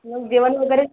मग जेवण वगैरे